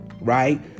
right